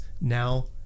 now